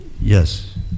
Yes